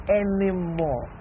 anymore